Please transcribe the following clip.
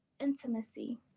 intimacy